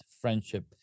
friendship